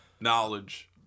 Knowledge